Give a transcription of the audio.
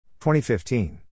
2015